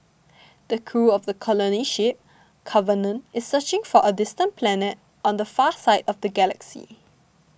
the crew of the colony ship Covenant is searching for a distant planet on the far side of the galaxy